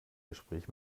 gespräch